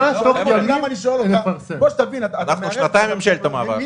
אנחנו שנתיים בממשלת מעבר.